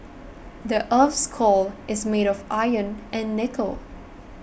the earth's core is made of iron and nickel